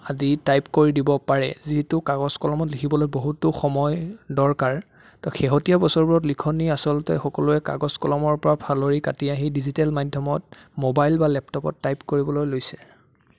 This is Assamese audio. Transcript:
আদি টাইপ কৰি দিব পাৰে যিটো কাগজ কলমত লিখিবলৈ বহুতো সময়ৰ দৰকাৰ তে শেহতীয়া বছৰবোৰত লিখনী আচলতে সকলোৱে কাগজ কলমৰ পৰা ফালৰি কাটি আহি ডিজিটেল মাধ্যমত মবাইল বা লেপটপত টাইপ কৰিবলৈ লৈছে